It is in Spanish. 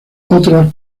otras